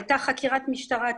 הייתה חקירת משטרה,